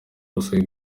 busabe